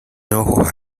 ojos